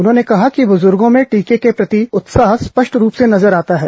उन्होंने कहा कि ब्रजूर्गों में टीके के प्रति उत्साह स्पष्ट रूप से नजर आता है